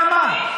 למה?